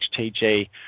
HTG